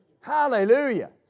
Hallelujah